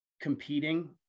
competing